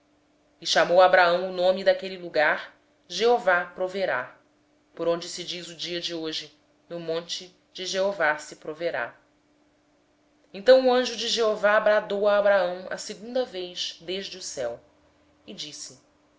chamou abraão àquele lugar jeová jiré donde se diz até o dia de hoje no monte do senhor se proverá então o anjo do senhor bradou a abraão pela segunda vez desde o céu e disse